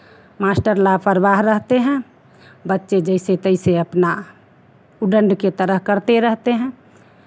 master लापरवाह रहते हैं बच्चे जैसे तैसे अपना उद्दंड की तरह करते रहते हैं